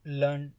learn